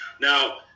Now